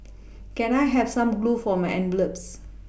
can I have some glue for my envelopes